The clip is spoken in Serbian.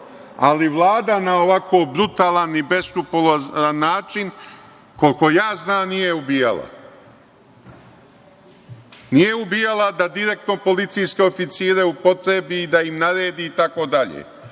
ali Vlada na ovako brutalan i beskrupulozan način, koliko ja znam, nije ubijala. Nije ubijala da direktno policijske oficire upotrebi, da im naredi, i